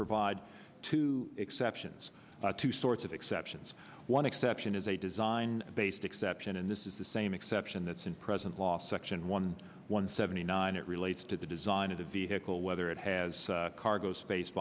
provide two exceptions two sorts of exceptions one exception is a design based exception and this is the same exception that's in present law section one one seventy nine it relates to the design of the vehicle whether it has cargo space